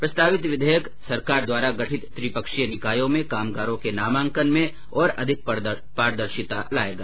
प्रस्तावित विधेयक सरकार द्वारा गठित त्रिपक्षीय निकायों में कामगारों के नामांकन में और अधिक पारदर्शिता लायेगा